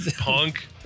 punk